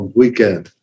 weekend